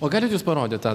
o galit jūs parodyt tą